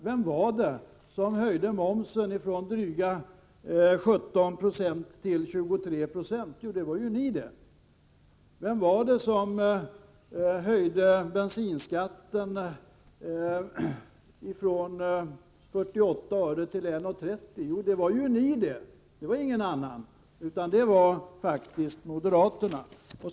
Vem var det som höjde momsen från dryga 17 96 till 23 96? Jo, det var ju ni! Vem var det som höjde bensinskatten från 48 öre till 1:30? Jo, det var ju ni! Det var faktiskt moderaterna, ingen annan.